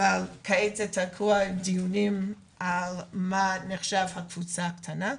אבל כעת זה תקוע בדיונים על מה נחשבת קבוצה קטנה,